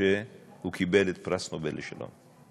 כשהוא קיבל את פרס נובל לשלום,